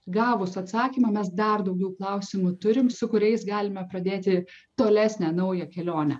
gavus atsakymą mes dar daugiau klausimų turim su kuriais galime pradėti tolesnę naują kelionę